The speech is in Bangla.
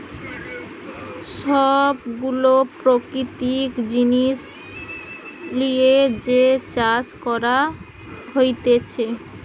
সব গুলা প্রাকৃতিক জিনিস লিয়ে যে চাষ করা হতিছে